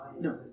No